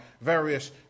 various